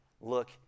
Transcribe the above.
look